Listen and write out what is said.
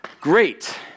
great